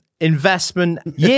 investment